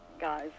guys